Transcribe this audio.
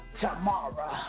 Tomorrow